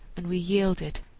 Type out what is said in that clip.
and we yielded.